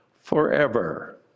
forever